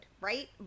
right